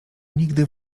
nigdy